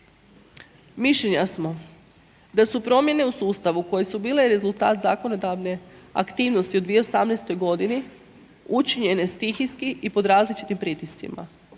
Mišljenja smo da su promjene u sustavu koje su bile rezultat zakonodavne aktivnosti u 2018. g. učinjene stihijski i pod različitim pritiscima